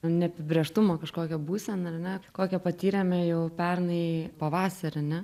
neapibrėžtumą kažkokią būsenąar ne kokią patyrėme jau pernai pavasarį ar ne